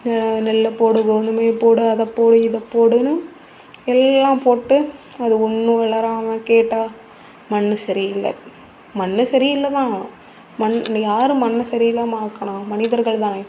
நெல்லை போடுவோம் இந்த மாதிரி போடு அதை போடு இதை போடுன்னு எல்லாம் போட்டு அது ஒன்றும் வளராமல் கேட்டால் மண் சரி இல்லை மண் சரி இல்லை தான் மண் இங்கே யார் மண்ணை சரி இல்லாமல் ஆக்கினா மனிதர்கள் தானே